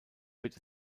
wird